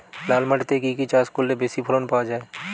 লাল মাটিতে কি কি চাষ করলে বেশি ফলন পাওয়া যায়?